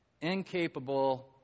incapable